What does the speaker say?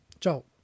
Ciao